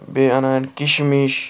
بیٚیہِ اَنان کِشمِش